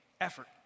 effort